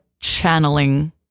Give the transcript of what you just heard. channeling